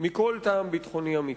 מכל טעם ביטחוני אמיתי.